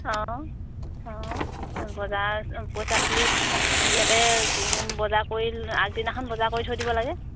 অঁ অঁ বজাৰ পইচা তুলি হেৰিয়াতে বজাৰ কৰি আগদিনাখন বজাৰ কৰি থৈ দিব লাগে